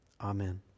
Amen